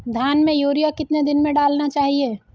धान में यूरिया कितने दिन में डालना चाहिए?